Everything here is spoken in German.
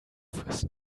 fürs